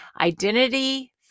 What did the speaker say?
identity